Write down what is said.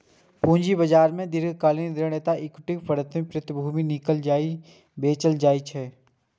पूंजी बाजार मे दीर्घकालिक ऋण आ इक्विटी समर्थित प्रतिभूति कीनल आ बेचल जाइ छै